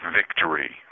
victory